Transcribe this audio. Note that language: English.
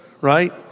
right